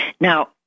Now